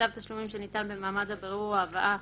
צו תשלומים שניתן במעמד הבירור או ההבאה